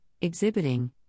exhibiting